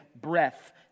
breath